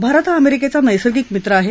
भारत हा अमेरिकेचा नैसर्गिक मित्र आहे